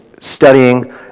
studying